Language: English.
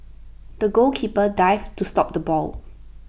the goalkeeper dived to stop the ball